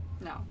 no